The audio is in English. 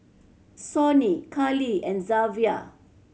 Sonny Karlie and Zavier